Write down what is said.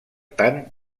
tant